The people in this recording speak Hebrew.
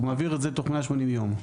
הוא מעביר אותן תוך 180 יום,